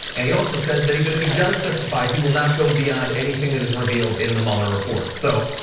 and he also says, that even if he does testify he will not go beyond anything that is revealed in the mueller report. so,